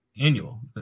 annual